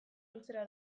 luzera